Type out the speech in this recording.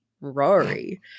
Rory